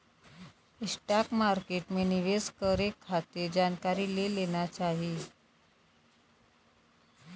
stock market में निवेश करे खातिर जानकारी ले लेना चाही